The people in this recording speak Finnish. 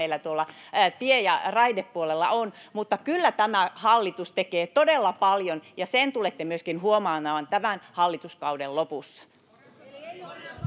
meillä tuolla tie- ja raidepuolella on, mutta kyllä tämä hallitus tekee todella paljon, ja sen tulette myöskin huomaamaan tämän hallituskauden lopussa.